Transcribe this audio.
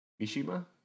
Mishima